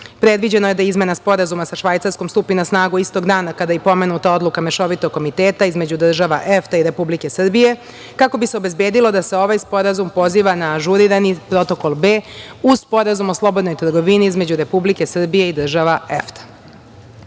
B.Predviđeno je da Izmena Sporazuma sa Švajcarskom stupi na snagu istog dana kada i pomenuta odluka Mešovitog komiteta između država EFTA i Republike Srbije, kako bi se obezbedilo da se ovaj sporazum poziva na ažurirani Protokol B, uz Sporazum o slobodnoj trgovini između Republike Srbije i država